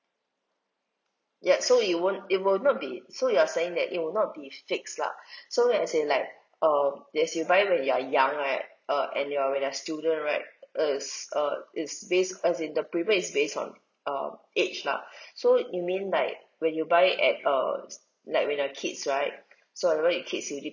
yes so it won't it will not be so you're saying that it will not be fixed lah so as in like um as in you buy when you are young right uh and you are when you are student right it's uh it's based as in the premium is based on uh age lah so you mean like when you buy at uh like when you are kids right so kids you need